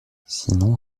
sinon